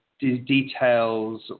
details